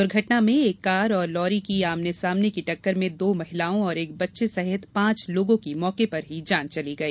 दुर्घटना में एक कार और लॉरी की आमने सामने की टक्कर में दो महिलाओं और एक बच्चे सहित पांच लोगों की मौके पर ही जान चली गई